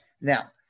now